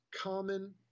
common